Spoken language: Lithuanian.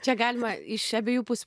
čia galima iš abiejų pusių